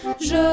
Je